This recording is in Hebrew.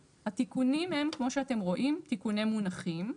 התיקונים הם, כמו שאתם רואים, תיקוני מונחים.